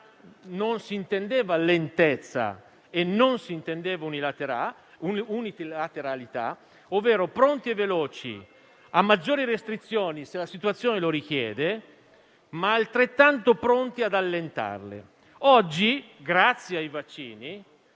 non si intendeva lentezza e unilateralità, ma pronti e veloci a maggiori restrizioni, se la situazione lo richiede, ma altrettanto pronti ad allentarle. Oggi, grazie ai vaccini,